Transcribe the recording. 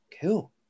Cool